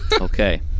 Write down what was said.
Okay